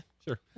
Sure